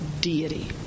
Deity